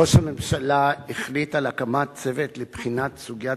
ראש הממשלה החליט על הקמת צוות לבחינת סוגיית